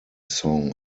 song